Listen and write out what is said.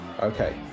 Okay